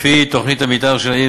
לפי תוכנית המתאר של העיר,